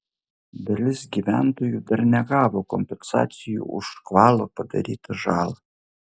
dalis gyventojų dar negavo kompensacijų už škvalo padarytą žalą